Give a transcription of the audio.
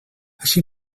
així